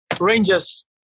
Rangers